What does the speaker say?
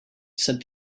said